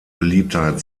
beliebtheit